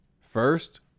first